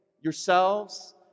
yourselves